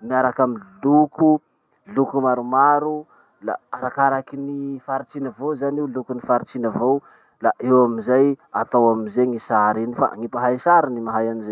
miaraky amy loko, loko maromaro. La arakarakin'ny faritsy iny avao zany io, lokonn'y faritsy iny avao, la eo amizay atao amizay gny sary iny fa gny mpahay sary ny mahay anizay.